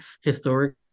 historic